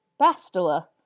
Bastila